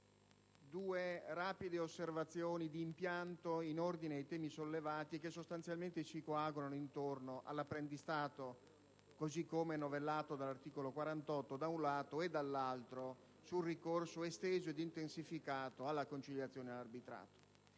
due rapide osservazioni d'impianto in ordine ai temi sollevati, che sostanzialmente si coagulano, da un lato, intorno all'apprendistato, così come novellato dall'articolo 48 e, dall'altro, sul ricorso esteso ed intensificato alla conciliazione e all'arbitrato.